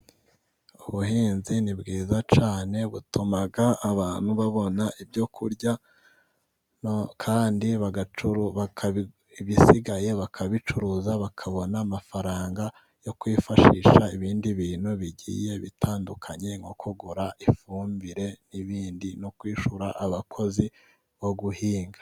Ubuhinzi ni bwiza cyane, butuma abantu babona ibyo kurya, kandi ibisigaye bakabicuruza, bakabona amafaranga yo kwifashisha ibindi bintu bigiye bitandukanye, nko kugura ifumbire ibindi, no kwishyura abakozi bo guhinga.